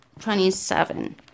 twenty-seven